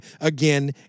again